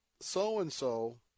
so-and-so